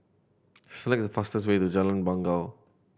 select the fastest way to Jalan Bangau